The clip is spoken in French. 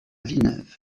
villeneuve